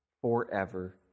forever